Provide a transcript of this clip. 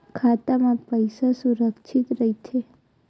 खाता मा पईसा सुरक्षित राइथे?